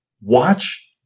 watch